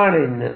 ആണെന്ന്